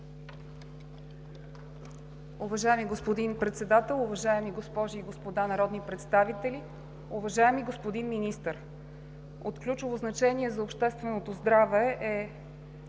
Уважаеми господин Председател, уважаеми госпожи и господа народни представители! Уважаеми господин Министър, от ключово значение за общественото здраве е